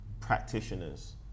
practitioners